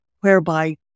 whereby